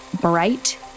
bright